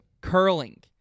Curling